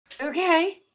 Okay